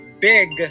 big